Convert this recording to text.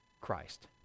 Christ